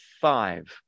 five